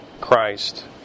Christ